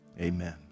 Amen